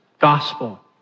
gospel